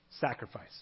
sacrifice